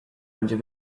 będzie